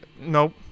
nope